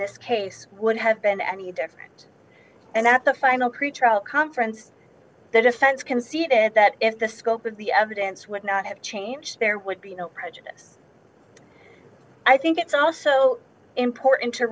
this case would have been any different and that the final creature conference the defense conceded that if the scope of the evidence would not have changed there would be no prejudice i think it's also important to